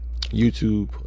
YouTube